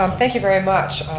um thank you very much